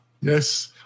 Yes